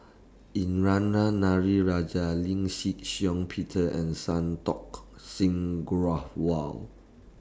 Indranee Rajah Shih Shiong Peter and Santokh Singh